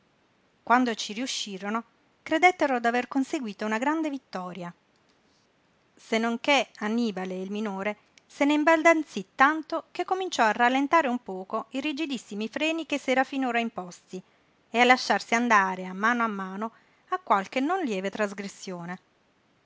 quando ci riuscirono credettero d'aver conseguito una grande vittoria se non che annibale il minore se ne imbaldanzí tanto che cominciò a rallentare un poco i rigidissimi freni che s'era finora imposti e a lasciarsi andare a mano a mano a qualche non lieve trasgressione